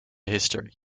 history